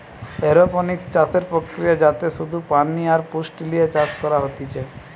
aeroponics চাষের প্রক্রিয়া যাতে শুধু পানি আর পুষ্টি লিয়ে চাষ করা হতিছে